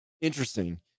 interesting